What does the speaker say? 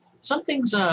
something's